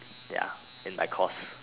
ya in my course